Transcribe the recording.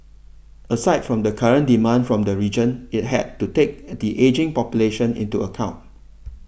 aside from the current demand from the region it had to take the ageing population into account